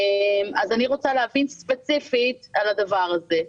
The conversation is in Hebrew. אז אני רוצה להבין ספציפית על הדבר הזה.